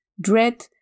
dread